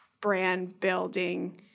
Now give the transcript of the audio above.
brand-building